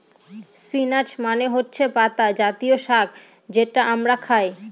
spinach মানে হচ্ছে পাতা জাতীয় শাক যেটা আমরা খায়